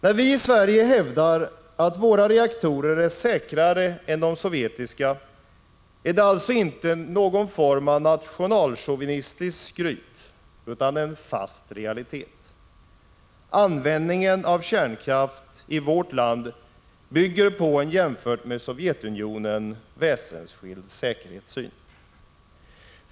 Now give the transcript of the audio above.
När vi i Sverige hävdar att våra reaktorer är säkrare än de sovjetiska är det alltså inte någon form av nationalchauvinistiskt skryt utan en fast realitet. Användningen av kärnkraft i vårt land bygger på en jämfört med Sovjetunionen väsensskild säkerhetssyn.